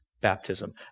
baptism